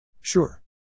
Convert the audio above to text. Sure